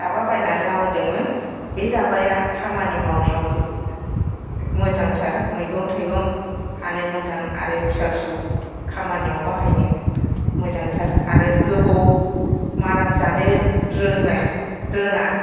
दाबा बायनानै लाबोदोंमोन बे दाबाया खामानि मावनायाव गो गो मोजांथार मैगं थाइगं हानो मोजां आरो फिसा फिसौ खामानियाव बाहायनो मोजांथार आरो गोबौ माराम जानो रोंनाय रोङा